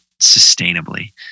sustainably